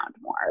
more